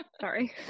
Sorry